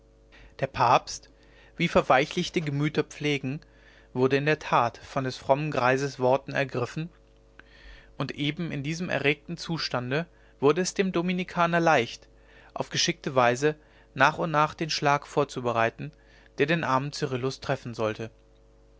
der papst wie verweichlichte gemüter pflegen wurde in der tat von des frommen greises worten ergriffen und eben m diesem erregten zustande wurde es dem dominikaner leicht auf geschickte weise nach und nach den schlag vorzubereiten der den armen cyrillus treffen sollte